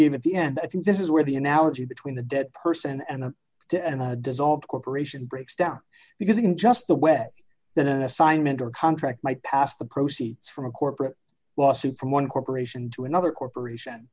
gave at the end i think this is where the analogy between a dead person and to him dissolved corporation breaks down because in just the way than an assignment or contract might pass the proceeds from a corporate lawsuit from one corporation to another corporation